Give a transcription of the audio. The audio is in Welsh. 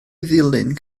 ddilyn